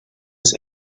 his